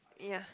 ya